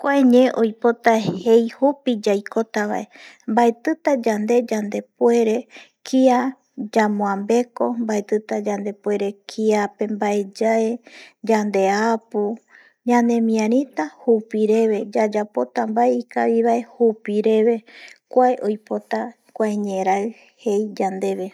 Kuae ñee oipota jei jupi yaikotavae mbaetita yande yande puere kia yamambeko, mbaetita kiape mbae yae, yandeapu, ñanemiarita jupi reve, yayapota mbae ikavivae jupi reve kua oipota kua ñerai jei yandeve